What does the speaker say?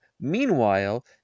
Meanwhile